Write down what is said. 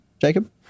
Jacob